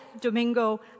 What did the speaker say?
Domingo